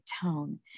tone